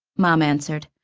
mom answered.